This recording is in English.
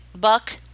buck